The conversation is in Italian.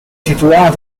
situata